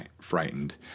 frightened